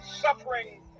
suffering